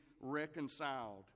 reconciled